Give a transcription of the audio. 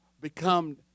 become